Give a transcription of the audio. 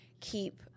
keep